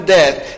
death